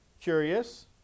curious